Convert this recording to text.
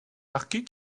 marquis